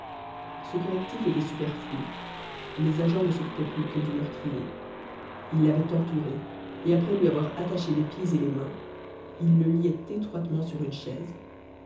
ce correctif était superflu les agents ne s'occupaient plus que du meurtrier ils l'avaient entouré et après lui avoir attaché les pieds et les mains ils le liaient étroitement sur une chaise